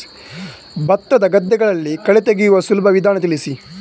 ಭತ್ತದ ಗದ್ದೆಗಳಲ್ಲಿ ಕಳೆ ತೆಗೆಯುವ ಸುಲಭ ವಿಧಾನ ತಿಳಿಸಿ?